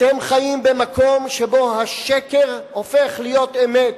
אתם חיים במקום שבו השקר הופך להיות אמת,